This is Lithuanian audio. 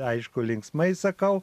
aišku linksmai sakau